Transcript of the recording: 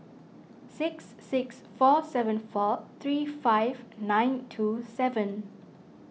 six six four seven four three five nine two seven